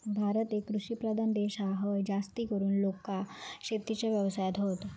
भारत एक कृषि प्रधान देश हा, हय जास्तीकरून लोका शेतीच्या व्यवसायात हत